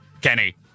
Kenny